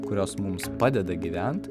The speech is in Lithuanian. kurios mums padeda gyvent